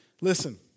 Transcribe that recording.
Listen